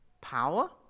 Power